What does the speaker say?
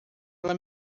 ela